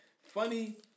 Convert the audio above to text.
Funny